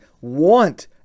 want